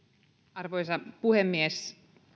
arvoisa puhemies